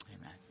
Amen